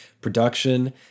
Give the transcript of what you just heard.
Production